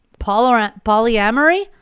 Polyamory